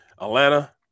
Atlanta